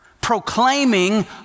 proclaiming